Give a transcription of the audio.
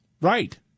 Right